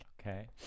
okay